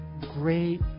great